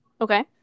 Okay